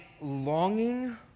longing